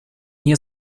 hier